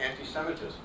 anti-Semitism